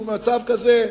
הוא במצב כזה,